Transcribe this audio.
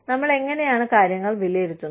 നമ്മൾ എങ്ങനെയാണ് കാര്യങ്ങൾ വിലയിരുത്തുന്നത്